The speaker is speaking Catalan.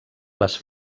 les